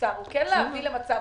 למצב